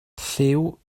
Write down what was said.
lliw